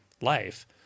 life